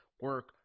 Work